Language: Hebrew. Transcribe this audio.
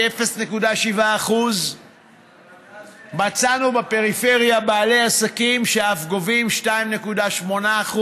0.7%. מצאנו בפריפריה בעלי עסקים שאף גובים 2.8%,